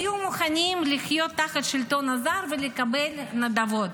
היו מוכנים לחיות תחת השלטון הזר ולקבל נדבות.